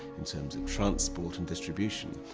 in terms of transport and distribution.